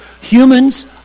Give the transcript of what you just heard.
Humans